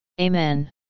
Amen